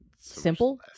simple